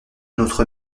notre